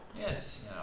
Yes